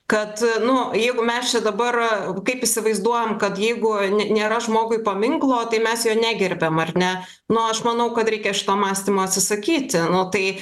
kad nu jeigu mes čia dabar kaip įsivaizduojam kad jeigu ne nėra žmogui paminklo tai mes jo negerbiam ar ne nu aš manau kad reikia šito mąstymo atsisakyti nu tai